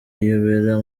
iyobera